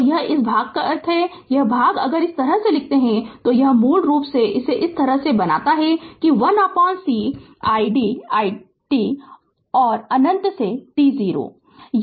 और यह इस भाग का अर्थ है यह भाग अगर इस तरह लिखते है तो यह मूल रूप से इसे इस तरह बनाता है कि 1c iddt और अनंत से t0